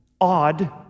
odd